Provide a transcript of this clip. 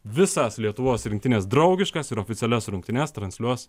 visas lietuvos rinktines draugiškas ir oficialias rungtynes transliuos